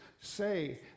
say